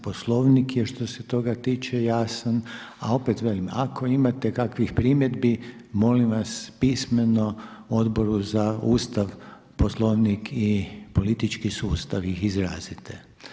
Poslovnik je što se toga tiče jasan, a opet velim, ako imate kakvih primjedbi molim vas pismeno Odboru za Ustav, Poslovnik i politički sustav ih izrazite.